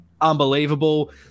unbelievable